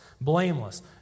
blameless